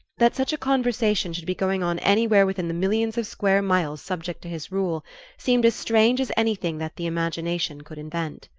that such a conversation should be going on anywhere within the millions of square miles subject to his rule seemed as strange as anything that the imagination could invent.